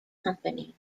company